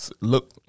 Look